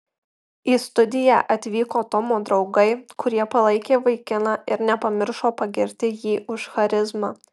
į studiją atvyko tomo draugai kurie palaikė vaikiną ir nepamiršo pagirti jį už charizmą